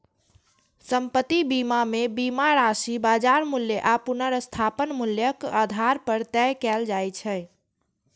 संपत्ति बीमा मे बीमा राशि बाजार मूल्य आ पुनर्स्थापन मूल्यक आधार पर तय कैल जाइ छै